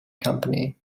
company